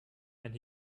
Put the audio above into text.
and